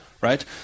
right